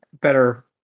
better